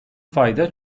fayda